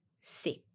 six